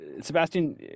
Sebastian